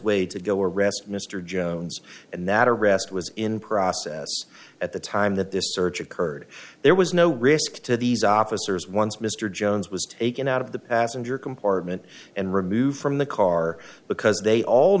way to go arrest mr jones and that arrest was in process at the time that this search occurred there was no risk to these officers once mr jones was taken out of the passenger compartment and removed from the car because they all